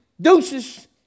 deuces